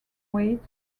weight